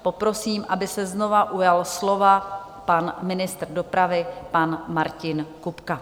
Poprosím, aby se znovu ujal slova pan ministr dopravy Martin Kupka.